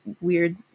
weird